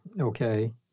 okay